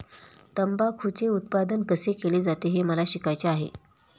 तंबाखूचे उत्पादन कसे केले जाते हे मला शिकायचे आहे